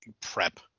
prep